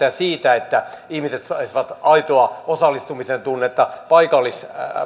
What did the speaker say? ja siitä että ihmiset saisivat aitoa osallistumisen tunnetta